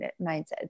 mindset